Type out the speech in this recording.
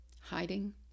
hiding